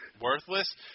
worthless